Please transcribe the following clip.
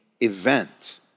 event